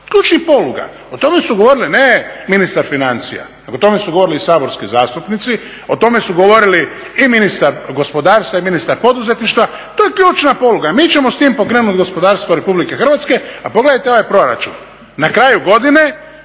ključnih poluga, o tome su govorili ne ministar financija, o tome su govorili i saborski zastupnici, o tome su govorili i ministar gospodarstva i ministar poduzetništva. To je ključna poluga. Mi ćemo s tim pokrenut gospodarstvo Republike Hrvatske. A pogledajte ovaj proračun, na kraju godine